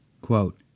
Quote